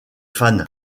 fans